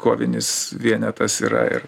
kovinis vienetas yra ir